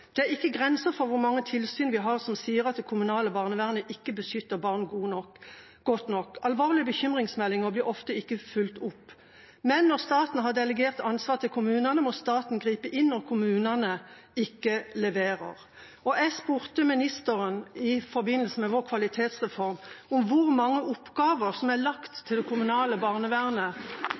at det kommunale barnevernet ikke beskytter barn godt nok. Alvorlige bekymringsmeldinger blir ofte ikke fulgt opp, men når staten har delegert ansvaret til kommunene, må staten gripe inn når kommunene ikke leverer. Jeg spurte statsråden i forbindelse med kvalitetsreformen om hvor mange oppgaver som er lagt til det kommunale barnevernet